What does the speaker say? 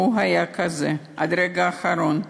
והוא היה כזה עד הרגע האחרון,